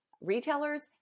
retailers